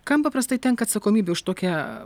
kam paprastai tenka atsakomybė už tokią